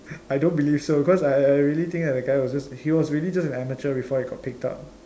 I don't believe so cause I I really think that the guy was just he was really just an amateur before he got picked up